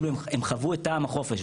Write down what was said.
הם חוו את טעם החופש,